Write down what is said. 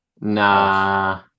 Nah